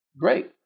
Great